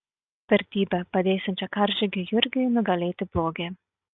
vertybe padėsiančia karžygiui jurgiui nugalėti blogį